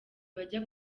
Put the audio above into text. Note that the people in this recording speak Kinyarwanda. bajya